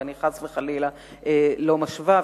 ואני חס וחלילה לא משווה.